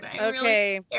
okay